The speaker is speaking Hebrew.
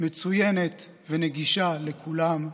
מצוינת ונגישה לכולם,